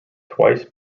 twice